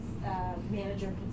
manager